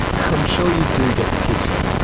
i'm sure you do get the picture.